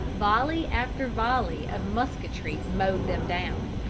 volley after volley of musketry mowed them down,